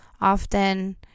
often